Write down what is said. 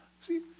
See